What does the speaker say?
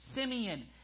Simeon